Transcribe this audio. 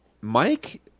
mike